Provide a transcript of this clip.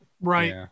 Right